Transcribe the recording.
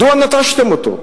מדוע נטשתם אותו?